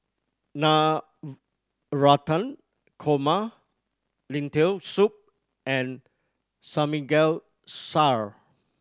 Korma Lentil Soup and Samgyeopsal